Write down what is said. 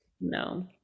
no